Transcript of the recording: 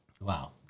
Wow